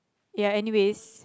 ya anyways